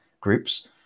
groups